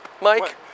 Mike